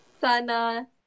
sana